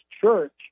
church